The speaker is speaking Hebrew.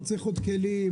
הוא צריך עוד כלים,